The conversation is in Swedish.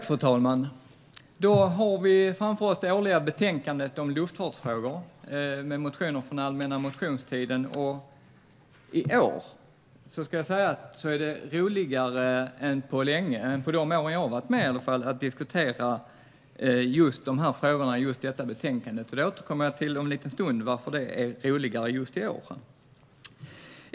Fru talman! Framför oss har vi det årliga betänkandet om luftfartsfrågor med motioner från allmänna motionstiden. I år ska jag säga att det är roligare än på länge, på de år jag har varit med i alla fall, att diskutera just de här frågorna i just det här betänkandet. Om en liten stund ska jag återkomma till varför det är roligare just i år.